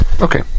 okay